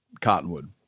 cottonwood